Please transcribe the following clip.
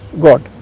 God